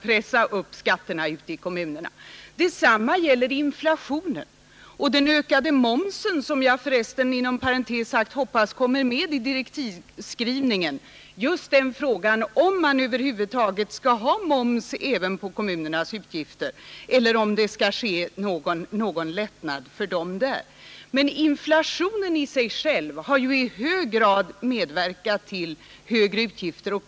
Detsamma gäller i fråga om inflationen och den ökade momsen. Inom parentes sagt hoppas jag för resten att frågan om det över huvud taget skall vara moms på kommunernas utgifter kommer med i direktivskrivningen och att det kan bli någon lättnad för kommunerna därvidlag. Inflationen i sig själv har i hög grad medverkat till högre utgifter.